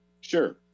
Sure